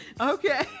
Okay